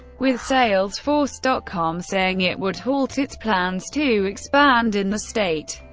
with salesforce dot com saying it would halt its plans to expand in the state.